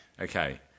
Okay